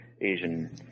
Asian